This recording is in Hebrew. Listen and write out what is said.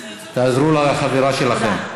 תעזרו לה, לחברה שלכם.